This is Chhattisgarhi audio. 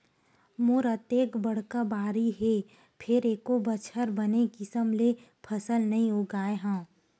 मोर अतेक बड़का बाड़ी हे फेर एको बछर बने किसम ले फसल नइ उगाय हँव